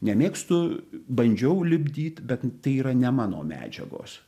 nemėgstu bandžiau lipdyt bet tai yra ne mano medžiagos